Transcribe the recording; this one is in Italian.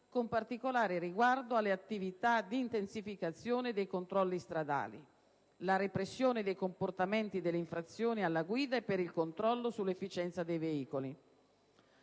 con specifico riguardo alle attività di intensificazione dei controlli stradali, la repressione dei comportamenti e delle infrazioni alla guida, nonché il controllo sull'efficienza dei veicoli.